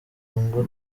ngo